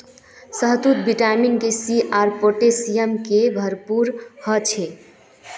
शहतूत vitamin K, C आर potassium से भरपूर ह छे